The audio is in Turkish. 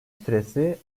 süresi